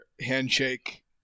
handshake